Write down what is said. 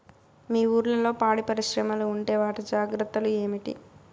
మీ ఊర్లలో పాడి పరిశ్రమలు ఉంటే వాటి జాగ్రత్తలు ఏమిటి